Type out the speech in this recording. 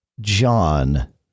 John